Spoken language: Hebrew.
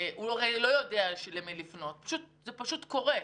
הוא הרי לא יודע למי לפנות, זה פשוט קורה.